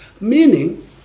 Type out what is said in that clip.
meaning